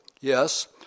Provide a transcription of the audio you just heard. Yes